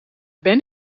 ben